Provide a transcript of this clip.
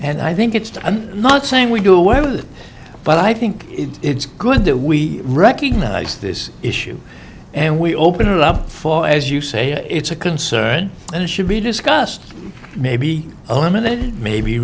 and i think it's i'm not saying we do away with it but i think it's good that we recognize this issue and we open it up for as you say it's a concern and it should be discussed may be eliminated maybe